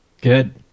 Good